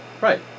Right